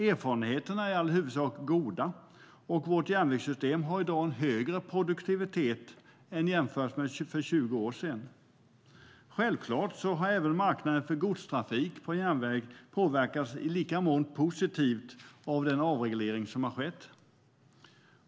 Erfarenheterna är i huvudsak goda, och vårt järnvägssystem har i dag en högre produktivitet än för 20 år sedan. Självklart har även marknaden för godstrafik på järnväg påverkats i lika mån positivt av den avreglering som har skett.